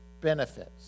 benefits